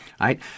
right